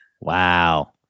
Wow